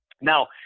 Now